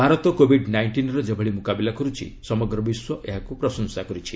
Bharat covid ନାଇକ୍ଷିନ୍ର ଯେଭଳି ମୁକାବିଲା କରୁଛି ସମଗ୍ର ବିଶ୍ୱ ଏହାକୁ ପ୍ରଶଂସା କରିଛି